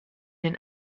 den